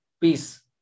peace